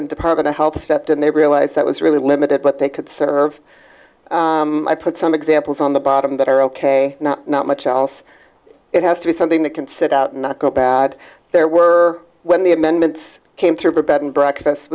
and department of health stepped in they realized that was really limited what they could serve i put some examples on the bottom that are ok not much else it has to be something that can sit out and not go bad there were when the amendments came to her bed and breakfast